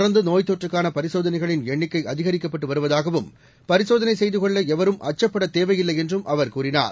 தொடர்ந்து நோய்த் தொற்றுக்கான பரிசோதனைகளின் எண்ணிக்கை அதிகரிக்கப்பட்டு வருவதாகவும் பரிசோதளை செய்து கொள்ள எவரும் அச்சப்பட தேவையில்லை என்றும் அவர் கூறினார்